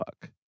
fuck